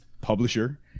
Publisher